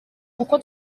kuko